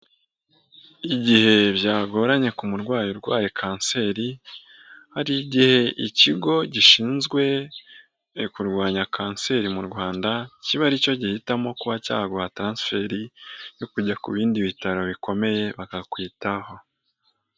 Igihe byagoranye ku murwayi urwaye kanseri, hari igihe ikigo gishinzwe kurwanya kanseri mu rwanda kiba aricyo gihitamo kuba cyaguha taransiferi yo kujya ku bindi bitaro bikomeye bakakwitaho.